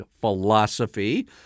philosophy